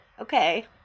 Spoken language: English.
okay